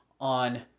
on